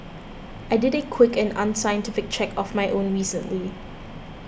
I did a quick and unscientific check of my own recently